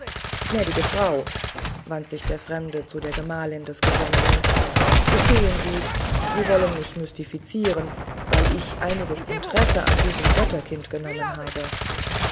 gnädige frau wandte sich der fremde zu der gemahlin des gesandten gestehen sie sie wollen mich mystifizieren weil ich einiges interesse an diesem götterkinde genommen habe